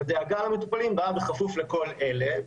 הדאגה למטופלים באה בכפוף לכל אלה.